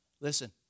Listen